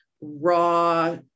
raw